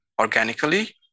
organically